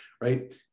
right